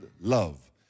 love